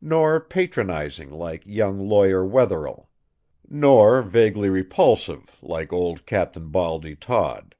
nor patronizing like young lawyer wetherell nor vaguely repulsive like old cap'n baldy todd,